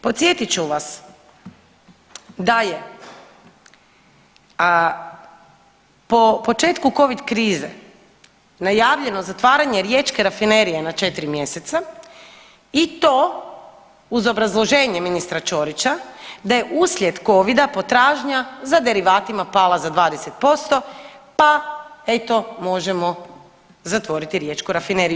Podsjetit ću vas da je po početku covid krize najavljeno zatvaranje Riječke rafinerije na 4 mjeseca i to uz obrazloženje ministra Ćorića da je uslijed covida potražnja za derivatima pala za 20% pa eto možemo zatvoriti riječku rafineriju.